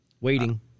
Waiting